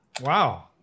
Wow